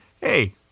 hey